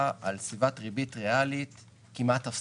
על סביבת ריבית ריאלית כמעט אפסית.